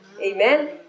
Amen